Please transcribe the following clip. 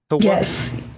Yes